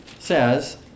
Says